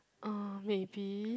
uh maybe